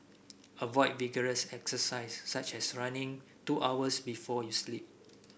avoid vigorous exercise such as running two hours before you sleep